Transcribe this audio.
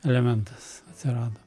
elementas atsirado